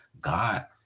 God